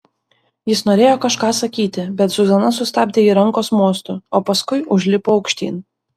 jis norėjo kažką sakyti bet zuzana sustabdė ji rankos mostu o paskui užlipo aukštyn